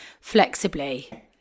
flexibly